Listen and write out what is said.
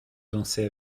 danser